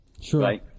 Sure